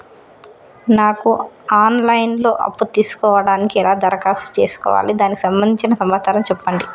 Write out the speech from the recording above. నాకు online లో అప్పు తీసుకోవడానికి ఎలా దరఖాస్తు చేసుకోవాలి దానికి సంబంధించిన సమాచారం చెప్పండి?